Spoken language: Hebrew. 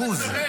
תחקרו את עצמכם.